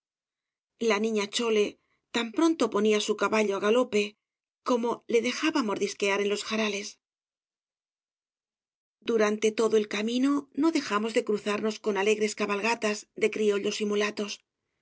la niña chole tan pronto ponía su caballo á galope como le dejaba mordisquear en los jarales durante todo el camino no dejamos de cruzarnos con alegres cabalgatas de criollos